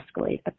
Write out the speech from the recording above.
escalate